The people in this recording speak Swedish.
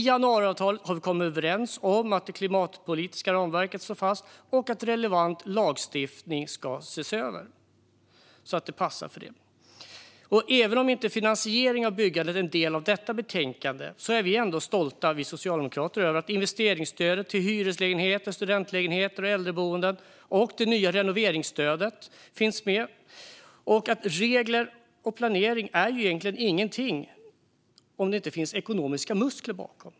I januariavtalet har vi kommit överens om att det klimatpolitiska ramverket står fast och att relevant lagstiftning ska ses över så att det anpassas för detta. Även om inte finansiering av byggandet är en del av detta betänkande är vi socialdemokrater ändå stolta över att investeringsstödet till hyreslägenheter, studentlägenheter och äldreboenden samt det nya renoveringsstödet finns med. Regler och planering är egentligen ingenting utan ekonomiska muskler bakom.